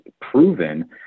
proven